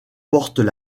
portent